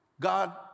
God